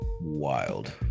Wild